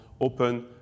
open